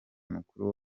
mukuru